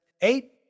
eight